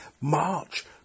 March